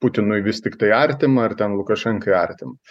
putinui vis tiktai artimą ar ten lukašenkai artimą